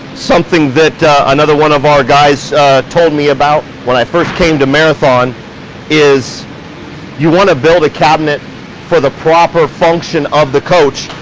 something that another one of our guys told me about when i first came to marathon is you wanna build a cabinet for the proper function of the coach.